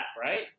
right